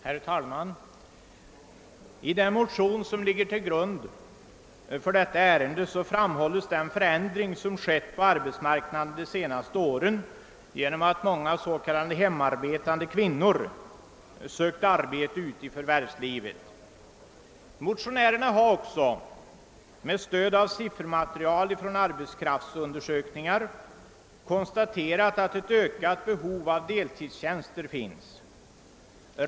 Herr talman! I det motionspar som ligger till grund för förevarande utskottsutlåtande pekas på den förändring som skett på arbetsmarknaden under de senaste åren genom att många s.k. hemarbetande kvinnor sökt arbete ute i förvärvslivet. Motionärerna har också med stöd av siffermaterial från arbetskraftsundersökningar konstaterat att ett ökat behov av deltidstjänster finns.